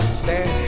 stand